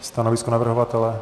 Stanovisko navrhovatele?